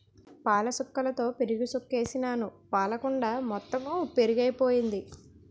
పాలసుక్కలలో పెరుగుసుకేసినాను పాలకుండ మొత్తెము పెరుగైపోయింది